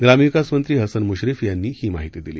ग्रामविकास मंत्री हसन मुश्रीफ यांनी ही माहिती दिली